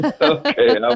Okay